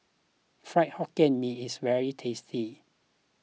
Fried Hokkien Mee is very tasty